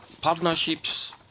partnerships